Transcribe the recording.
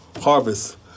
harvest